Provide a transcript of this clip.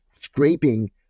scraping